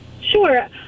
Sure